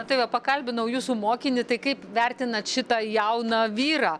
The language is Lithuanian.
tai va pakalbinau jūsų mokinį tai kaip vertinat šitą jauną vyrą